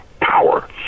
power